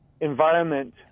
environment